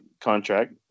contract